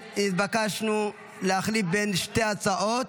התבקשנו להחליף בין שתי ההצעות.